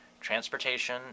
transportation